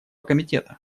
комитета